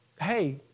hey